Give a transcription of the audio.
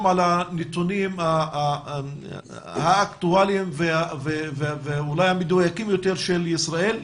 על הנתונים האקטואליים ואולי המדויקים יותר של ישראל.